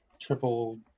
triple